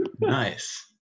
Nice